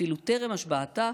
אפילו טרם השבעתה,